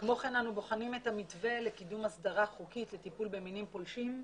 כמו כן אנו בוחנים את המתווה לקידום הסדרה חוקית לטיפול במינים פולשים,